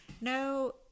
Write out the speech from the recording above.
No